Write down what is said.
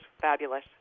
fabulous